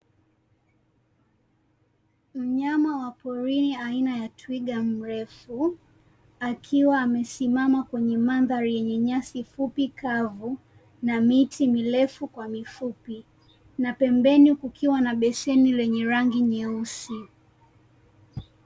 Mnyama wa porini aina ya twiga mrefu akiwa amesimama kwenye mandhari yenye nyasi fupi kavu na miti mirefu kwa mifupi na pembeni kukiwa na beseni lenye rangi nyeusi .